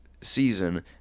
season